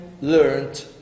learned